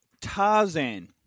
Tarzan